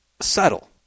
subtle